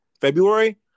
February